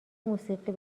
موسیقی